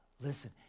Listen